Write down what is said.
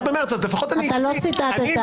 לא ציטטת.